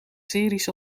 series